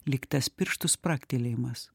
lyg tas pirštų spragtelėjimas